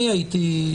אני הייתי,